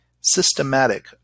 systematic